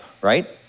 Right